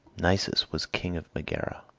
nisus was king of megara,